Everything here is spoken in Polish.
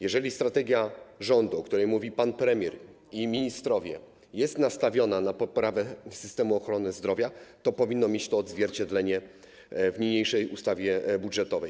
Jeżeli strategia rządu, o której mówili pan premier i ministrowie, jest nastawiona na poprawę systemu ochrony zdrowia, to powinno mieć to odzwierciedlenie w niniejszej ustawie budżetowej.